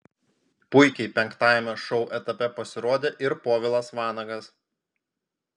puikiai penktajame šou etape pasirodė ir povilas vanagas